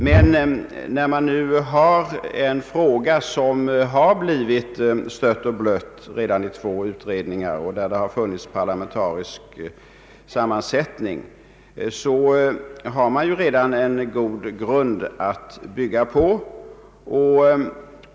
Men när det nu gäller en fråga, som har blivit stött och blött i två utredningar med parlamentarisk sammansättning, har man redan en god grund att bygga på.